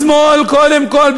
משמאל קודם כול,